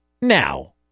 Now